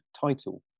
title